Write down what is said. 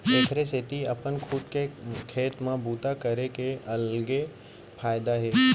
एखरे सेती अपन खुद के खेत म बूता करे के अलगे फायदा हे